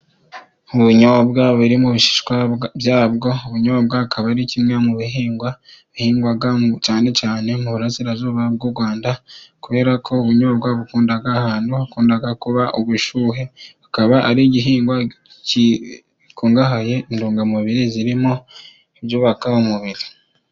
Ubunyobwa buri mu bishishwa byabwo, ubunyobwa akaba ari kimwe mu bihingwa bihingwa cyane cyane mu burasirazuba bw'u Rwanda, kubera ko ubunyobwa bukunda ahantu hakunda kuba ubushyuhe. Bukaba ari igihingwa gikungahaye ku ntungamubiri zirimo ibyubaka umubiri.